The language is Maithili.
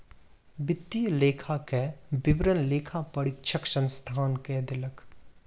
वित्तीय लेखा के विवरण लेखा परीक्षक संस्थान के देलक